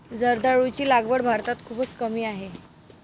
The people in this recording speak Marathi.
जर्दाळूची लागवड भारतात खूपच कमी आहे